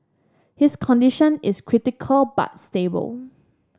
his condition is critical but stable